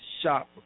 shop